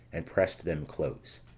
and pressed them close.